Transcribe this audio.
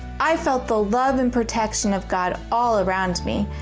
i felt the love and protection of god all around me.